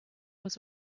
was